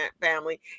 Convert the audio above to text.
family